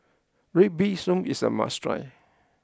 Red Bean Soup is a must try